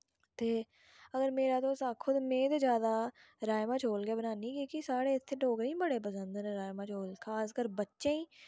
ते अगर मेरा तुस आक्खो मै ते जादा राजमां चौल गै बनानी कि की साढ़ै इत्थे डोगरें बड़े पसंद न राजमां चौल खासकर बच्चे ईं